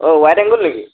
অঁ white angle নেকি